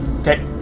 Okay